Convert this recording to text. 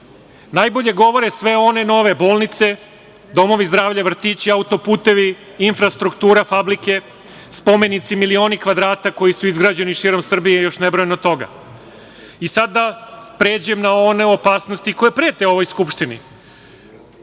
najbolje govore sve one nove bolnice, domovi zdravlja, vrtići, autoputevi, infrastruktura, fabrike, spomenici, milioni kvadrata, koji su izgrađeni širom Srbije, još nebrojano toga. Sada da pređem na opasnosti koje prete ovoj Skupštini.